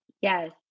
Yes